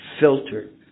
filtered